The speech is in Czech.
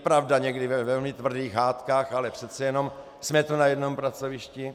Pravda, někdy ve velmi tvrdých hádkách, ale přece jenom jsme tu na jednom pracovišti.